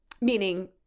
meaning